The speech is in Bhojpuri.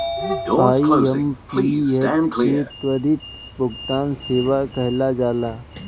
आई.एम.पी.एस के त्वरित भुगतान सेवा कहल जाला